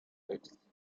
excesses